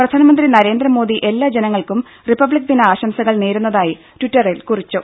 പ്രധാനമന്ത്രി നരേന്ദ്രമോദി എല്ലാ ജനങ്ങൾക്കും റിപ്പബ്ലിക് ദിന ആശംസകൾനേരുന്നതായി ട്വിറ്ററിൽ കുറിച്ചു